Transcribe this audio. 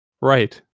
right